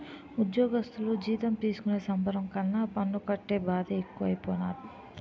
ఉజ్జోగస్థులు జీతం తీసుకునే సంబరం కన్నా పన్ను కట్టే బాదే ఎక్కువైపోనాది